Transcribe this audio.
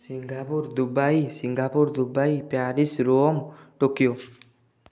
Singapore Dubai Singapore Dubai Paris Rome Tokyo